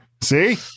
See